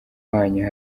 wanyu